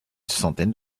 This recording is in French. centaine